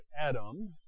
Adam